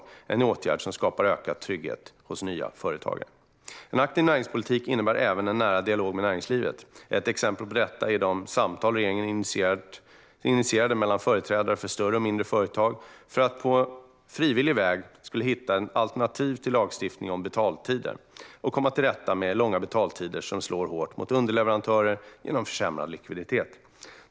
Detta är en åtgärd som skapar ökad trygghet hos nya företagare. En aktiv näringspolitik innebär även en nära dialog med näringslivet. Ett exempel på detta är de samtal som regeringen initierade mellan företrädare för större och mindre företag, för att de på frivillig väg skulle hitta ett alternativ till lagstiftning om betaltider och komma till rätta med långa betaltider som slår hårt mot underleverantörer genom försämrad likviditet.